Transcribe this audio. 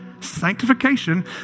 sanctification